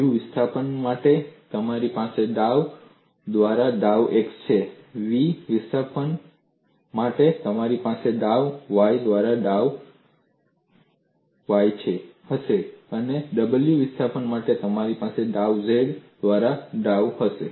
u વિસ્થાપન માટે તમારી પાસે ડાઉ દ્વારા ડાઉ x છે v વિસ્થાપન માટે તમારી પાસે ડાઉ y દ્વારા ડાઉ હશે અને w વિસ્થાપન માટે તમારી પાસે ડાઉ z દ્વારા ડાઉ હશે